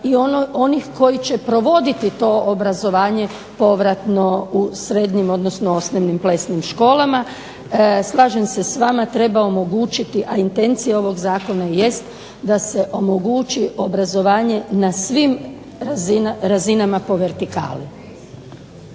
i onih koji će provoditi to obrazovanje povratno u srednjim odnosno osnovnim plesnim školama. Slažem se s vama, treba omogućiti a intencija ovog zakona jest da se omogući obrazovanje na svim razinama po vertikali.